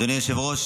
אדוני היושב-ראש,